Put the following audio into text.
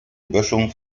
böschung